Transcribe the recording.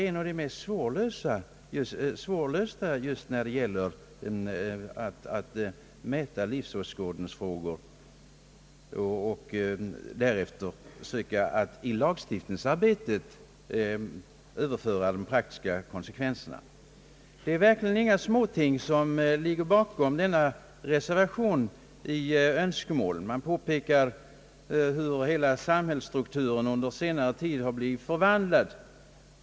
En av de mest svårlösta uppgifterna tror jag är att mäta värdet av livsåskådningar och att därefter försöka överföra de praktiska konsekvenserna i lagstiftningsarbetet. Det är verkligen inga obetydliga önskemål som ligger bakom reservationen. Motionärerna påpekar hur hela samhällsstrukturen under senare tid har blivit förvandlad.